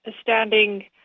standing